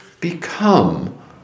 become